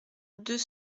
deux